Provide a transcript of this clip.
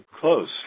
close